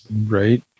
Right